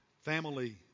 family